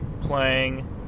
playing